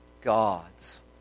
God's